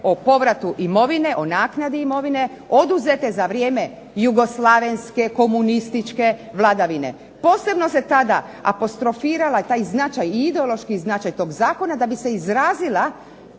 o povratu imovine, o naknadi imovine oduzete za vrijeme jugoslavenske komunističke vladavine. Posebno se tada apostrofirao taj značaj i ideološki značaj tog zakona da bi se izrazila